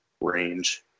range